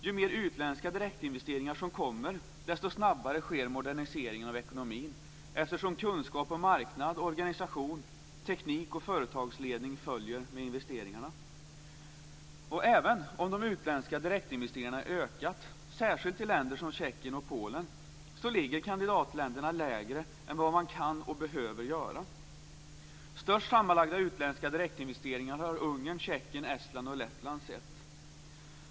Ju mer utländska direktinvesteringar som kommer, desto snabbare sker moderniseringen av ekonomin, eftersom kunskap om marknad, organisation, teknik och företagsledning följer med investeringarna. Och även om de utländska direktinvesteringarna ökat, särskilt i länder som Tjeckien och Polen, ligger kandidatländerna lägre än vad de kan och behöver göra. Störst sammanlagda utländska direktinvesteringar har Ungern, Tjeckien, Estland och Lettland sett.